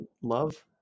love